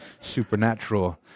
supernatural